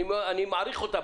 אני מעריך אותם.